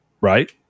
right